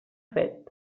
fet